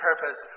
purpose